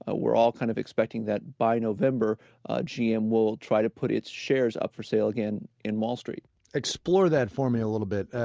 ah we're all kind of expecting that by november gm will try to put its shares up for sale again on wall street explore that for me a little bit.